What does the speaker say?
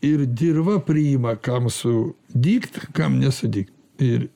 ir dirva priima kam su dygt kam nesudygt ir